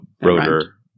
Rotor